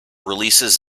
releases